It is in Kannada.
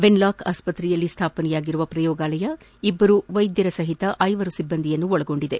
ವೆನ್ಲಾಕ್ ಆಸ್ತ್ರೆಯಲ್ಲಿ ಸ್ಥಾಪನೆಯಾಗಿರುವ ಪ್ರಯೋಗಾಲಯ ಇಬ್ಬರು ವೈದ್ಯರ ಸಓತ ಐವರು ಸಿಬ್ಲಂದಿಯನ್ನು ಹೊಂದಿರುತ್ತದೆ